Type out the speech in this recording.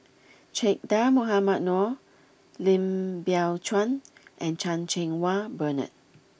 Che Dah Mohamed Noor Lim Biow Chuan and Chan Cheng Wah Bernard